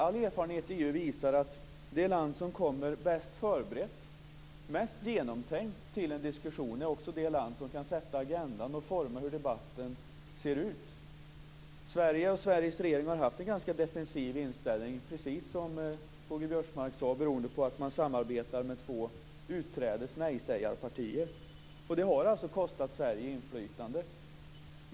All erfarenhet i EU visar att det land som kommer bäst förberett, mest genomtänkt, till en diskussion också är det land som kan sätta agendan och forma hur debatten ser ut. Sverige och Sveriges regering har haft en ganska defensiv inställning, precis om K-G Biörsmark sade, beroende på att man samarbetar med två utträdes och nejsägarpartier, och det har kostat Sverige inflytande.